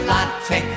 Latte